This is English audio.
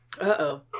Uh-oh